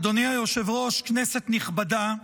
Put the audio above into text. אדוני היושב-ראש, כנסת נכבדה,